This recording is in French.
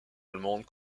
allemande